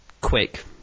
quick